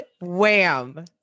Wham